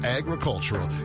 agricultural